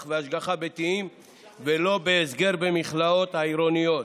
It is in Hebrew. והשגחה ביתיים ולא בהסגר במכלאות העירוניות.